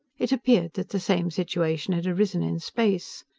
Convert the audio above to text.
it appeared that the same situation had arisen in space.